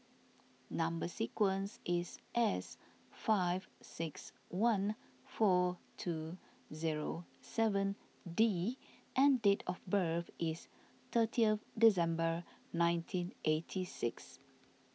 Number Sequence is S five six one four two zero seven D and date of birth is thirtieth December nineteen eighty six